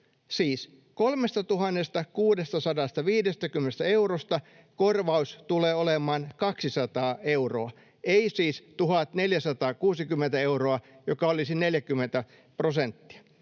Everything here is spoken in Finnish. Siis 3 650 eurosta korvaus tulee olemaan 200 euroa, ei siis 1 460 euroa, joka olisi 40 prosenttia.